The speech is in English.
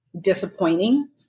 disappointing